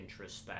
introspect